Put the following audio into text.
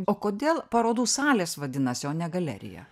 o kodėl parodų salės vadinasi o ne galerija